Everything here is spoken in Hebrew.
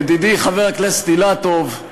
ידידי חבר הכנסת אילטוב.